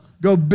Go